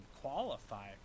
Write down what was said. qualify